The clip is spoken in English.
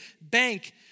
bank